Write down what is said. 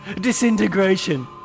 Disintegration